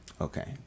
Okay